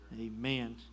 Amen